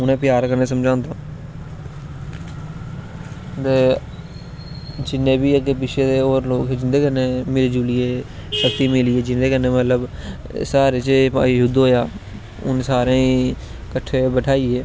उनेंगी प्यार कन्नैं समझांदा ते जिन्नें बी होर अग्गें पिच्छें दे लोग हे उंदै कन्नैं मिली जुलियै पत्ती मेलियै जिंदे कन्नैं मतलव सारें च एह् युध्द होया हून सारें गी कट्ठे बठाईयै